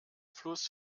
fluss